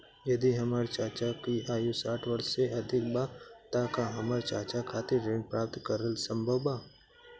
यदि हमर चाचा की आयु साठ वर्ष से अधिक बा त का हमर चाचा खातिर ऋण प्राप्त करल संभव बा